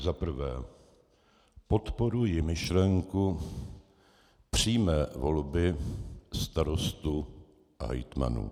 Za prvé, podporuji myšlenku přímé volby starostů a hejtmanů.